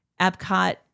Epcot